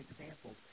examples